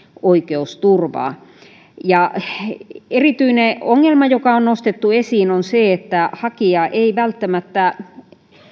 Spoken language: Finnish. oikeusturvaa erityinen ongelma joka on nostettu esiin on se että hakija ei välttämättä